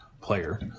player